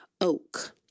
oak